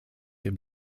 dem